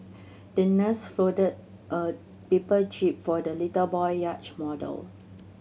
the nurse folded a paper jib for the little boy yacht model